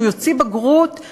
שהוא יוציא בגרות,